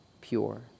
pure